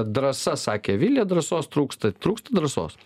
drąsa sakė vilija drąsos trūksta trūksta drąsos